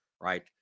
right